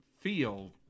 feel